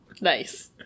Nice